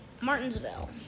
Martinsville